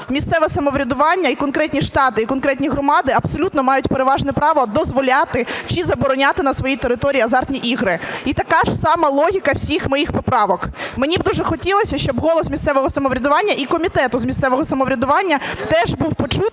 місцеве самоврядування і конкретні штати, і конкретні громади абсолютно мають переважне право дозволяти чи забороняти на своїй території азартні ігри. І така ж сама логіка всіх моїх поправок. Мені б дуже хотілося, щоб голос місцевого самоврядування і Комітету з місцевого самоврядування теж був почутий